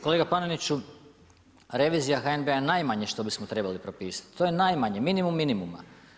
Kolega Paneniću, revizija HNB-a najmanje što bismo trebali propisati, to je najmanje, minimum, minimuma.